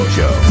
Show